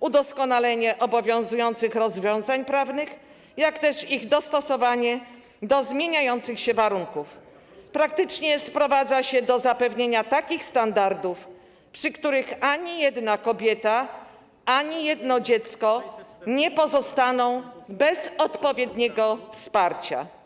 udoskonalenie obowiązujących rozwiązań prawnych, jak i ich dostosowanie do zmieniających się warunków; praktycznie sprowadza się do zapewnienia takich standardów, przy których ani jedna kobieta, ani jedno dziecko nie pozostaną bez odpowiedniego wsparcia.